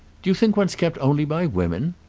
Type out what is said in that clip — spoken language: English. do you think one's kept only by women?